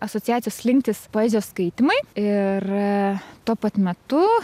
asociacijos slinktys poezijos skaitymai ir tuo pat metu